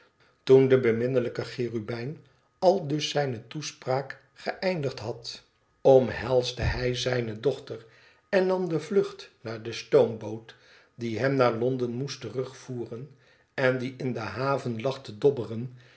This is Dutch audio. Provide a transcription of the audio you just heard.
toen de beminnelijke cherubijn aldus zijne toespraak geëindigd had wederzijdsche vriend omhelsde hij zijne dochter en nam de vlucht naar de stoomboot die hem naar londen moest terugvoeren en die in de haven lag te dobberen